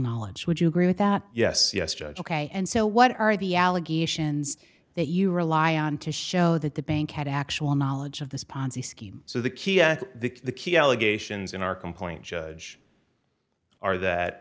knowledge would you agree with that yes yes judge ok and so what are the allegations that you rely on to show that the bank had actual knowledge of this ponzi scheme so the key the key allegations in our complaint judge are that